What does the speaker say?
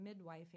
midwifing